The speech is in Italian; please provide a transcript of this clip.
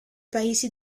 paesi